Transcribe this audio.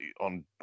on